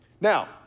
Now